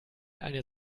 eine